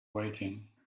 waiting